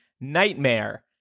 nightmare